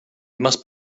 must